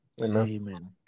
Amen